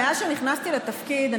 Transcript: מאז שנכנסתי לתפקיד,